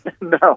No